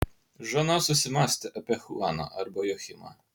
žana susimąstė apie chuaną arba joachimą